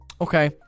Okay